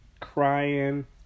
crying